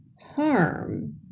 harm